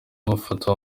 bamufata